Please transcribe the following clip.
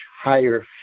higher